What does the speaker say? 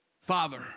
Father